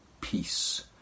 peace